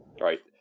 Right